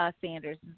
Sanders